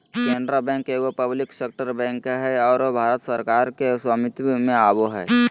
Canara bank एगो public sector bank हइ आरो भारत सरकार के स्वामित्व में आवो हइ